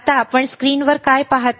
आता आपण स्क्रीनवर काय पाहता